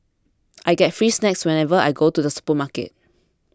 I get free snacks whenever I go to the supermarket